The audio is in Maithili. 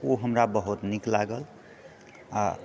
ओ हमरा बहुत निक लागल आ